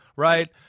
Right